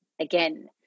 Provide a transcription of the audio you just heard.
again